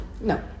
No